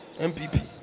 MPP